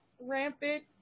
rampant